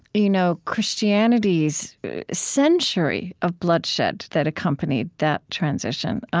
you know christianity's century of bloodshed that accompanied that transition.